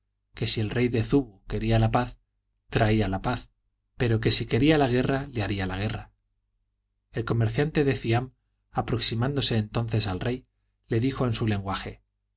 quería la paz traía la paz pero que si quería la guerra le haría la guerra el comerciante de ciam aproximándose entonces al rey le dijo en su lenguaje